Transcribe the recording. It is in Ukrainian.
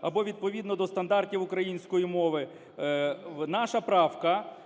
або відповідно до стандартів української мови. Наша правка